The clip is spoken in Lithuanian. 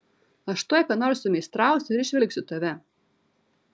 aš tuoj ką nors sumeistrausiu ir išvilksiu tave